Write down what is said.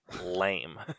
lame